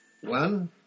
One